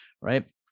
right